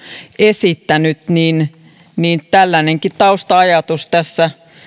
esittänyt joten tällainenkin tausta ajatus tässä